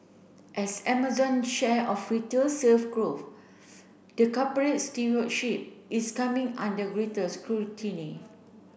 as Amazon share of retail sales grows the corporate stewardship is coming under greater scrutiny